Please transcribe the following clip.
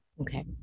Okay